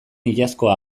iazkoa